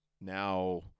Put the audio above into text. now